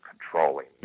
controlling